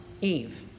Eve